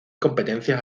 competencias